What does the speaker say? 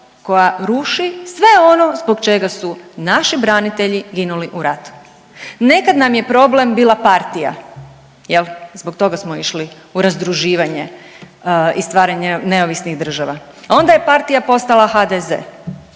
koja ruši sve ono zbog čega su naši branitelji ginuli u ratu. Nekad nam je problem bila partija jel zbog toga smo išli u razdruživanje i stvaranje neovisnih država, a onda je partija postala HDZ.